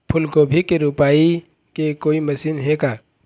फूलगोभी के रोपाई के कोई मशीन हे का?